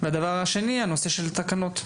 והדבר השני, הנושא של תקנות.